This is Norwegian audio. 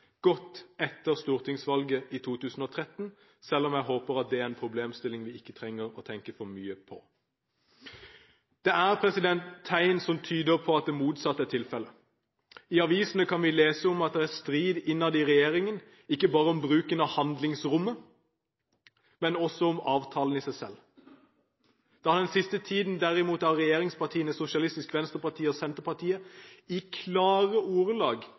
godt etter stortingsvalget i 2013 – selv om jeg håper at det er en problemstilling vi ikke trenger å tenke for mye på. Det er tegn som tyder på at det motsatte er tilfelle. I avisene kan vi lese at det er strid innad i regjeringen, ikke bare om bruken av handlingsrommet, men også om avtalen i seg selv. Det har den siste tiden, av regjeringspartiene Sosialistisk Venstreparti og Senterpartiet, i klare ordelag